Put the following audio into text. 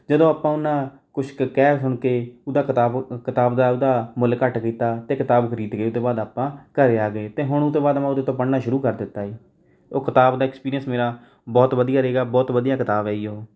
ਜਦੋਂ ਆਪਾਂ ਉਹਨਾਂ ਕੁੱਝ ਕੁ ਕਹਿ ਸੁਣਕੇ ਉਹਦਾ ਕਿਤਾਬ ਕਿਤਾਬ ਦਾ ਉਹਦਾ ਮੁੱਲ ਘੱਟ ਕੀਤਾ ਅਤੇ ਕਿਤਾਬ ਖਰੀਦ ਕੇ ਉਹਤੋਂ ਬਾਅਦ ਆਪਾਂ ਘਰੇ ਆ ਗਏ ਅਤੇ ਹੁਣ ਉਹਤੋਂ ਬਾਅਦ ਮੈਂ ਉਹਦੇ ਤੋਂ ਪੜ੍ਹਨਾ ਸ਼ਰੂ ਕਰ ਦਿੱਤਾ ਏ ਉਹ ਕਿਤਾਬ ਦਾ ਐਕਸਪੀਰੀਅੰਸ ਮੇਰਾ ਬਹੁਤ ਵਧੀਆ ਰੀਗਾ ਬਹੁਤ ਵਧੀਆ ਕਿਤਾਬ ਹੈ ਜੀ ਉਹ